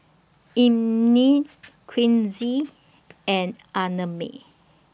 Imani Quincy and Annamae